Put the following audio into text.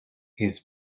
his